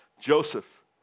Joseph